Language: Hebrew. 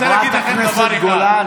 אני רוצה להגיד לכם דבר אחד.